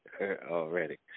Already